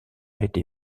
été